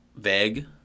vague